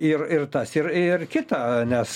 ir ir tas ir ir kita nes